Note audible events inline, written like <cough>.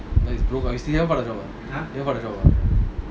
<laughs>